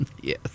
Yes